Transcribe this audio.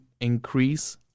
increase